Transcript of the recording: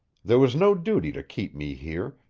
there was no duty to keep me here,